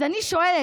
אז אני שואלת: